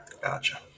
Gotcha